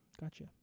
Gotcha